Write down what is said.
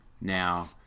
now